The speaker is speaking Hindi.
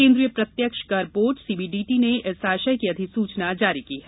केन्द्रीय प्रत्यक्ष कर board C B D T ने इस आशय की अधिसूचना जारी की है